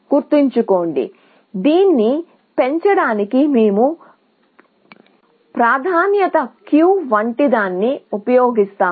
గుర్తుంచుకోండి దీన్ని పెంచడానికి మేము ప్రాధాన్యత క్యూ వంటిదాన్ని ఉపయోగిస్తాము